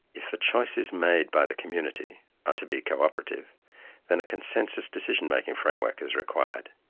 if the choices made by the community are to be cooperative then a consensus decision-making framework is required.